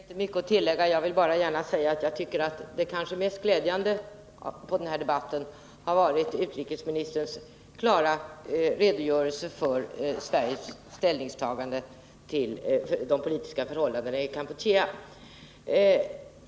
Herr talman! Det finns inte mycket att tillägga. Jag vill bara gärna säga att jag tycker att det kanske mest glädjande i den här debatten har varit utrikesministerns klara redogörelse för Sveriges ställningstagande till de politiska förhållandena i Kampuchea.